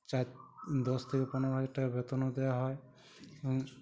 চার দশ থেকে পনোরো হাজার টাকার বেতনও দেয়া হয় এবং